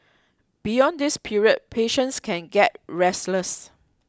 beyond this period patients can get restless